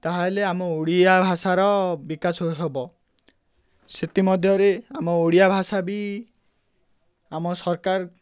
ତାହେଲେ ଆମ ଓଡ଼ିଆ ଭାଷାର ବିକାଶ ହେବ ସେଥିମଧ୍ୟରେ ଆମ ଓଡ଼ିଆ ଭାଷା ବି ଆମ ସରକାର